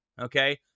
okay